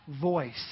voice